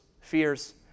fears